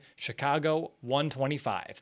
CHICAGO125